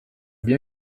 bien